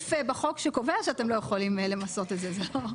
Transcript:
סעיף בחוק שקובע שאתם לא יכולים למסות את זה.